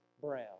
brown